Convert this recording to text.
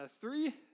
three